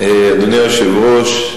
היושב-ראש,